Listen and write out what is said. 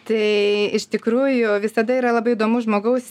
tai iš tikrųjų visada yra labai įdomus žmogaus